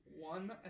one